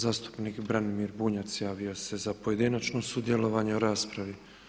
Zastupnik Branimir Bunjac, javio se za pojedinačno sudjelovanje u raspravi.